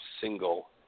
single